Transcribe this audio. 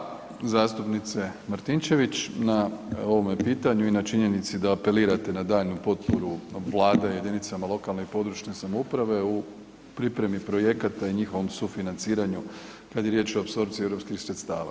Hvala vam lijepa zastupnice Martinčević na ovom pitanju i na činjenici da apelirate na daljnju potporu Vlade jedinicama lokalne i područne samouprave u pripremi projekata i njihovom sufinanciranju kada je riječ o apsorpciji europskih sredstava.